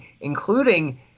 including